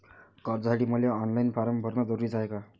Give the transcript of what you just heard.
कर्जासाठी मले online form भरन जरुरीच हाय का?